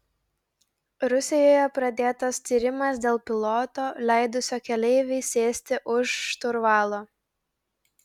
rusijoje pradėtas tyrimas dėl piloto leidusio keleivei sėsti už šturvalo